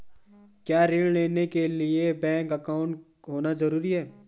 क्या ऋण लेने के लिए बैंक अकाउंट होना ज़रूरी है?